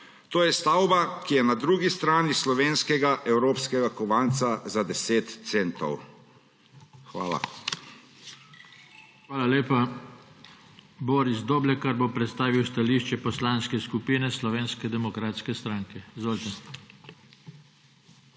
to je stavba, ki je na drugi strani slovenskega evropskega kovanca za 10 centov. Hvala. **PODPREDSEDNIK JOŽE TANKO:** Hvala lepa. Boris Doblekar bo predstavil stališče Poslanske skupine Slovenske demokratske stranke.